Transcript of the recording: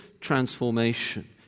transformation